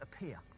appear